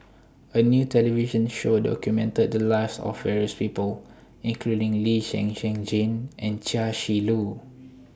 A New television Show documented The Lives of various People including Lee Zhen Zhen Jane and Chia Shi Lu